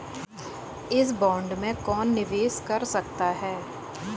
इस बॉन्ड में कौन निवेश कर सकता है?